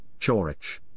Chorich